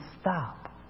stop